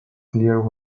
clear